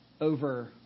over